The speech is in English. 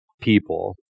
people